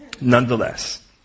nonetheless